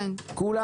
כולם